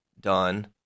done